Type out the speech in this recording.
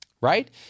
right